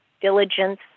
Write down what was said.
diligence